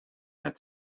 had